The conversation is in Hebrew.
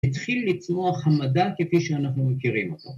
‫התחיל לצמוח המדע ‫כפי שאנחנו מכירים אותו.